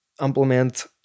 Implement